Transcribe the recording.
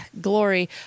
glory